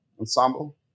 ensemble